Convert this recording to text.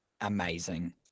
amazing